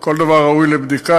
כל דבר ראוי לבדיקה.